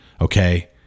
okay